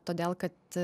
todėl kad